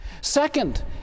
Second